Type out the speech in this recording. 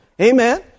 amen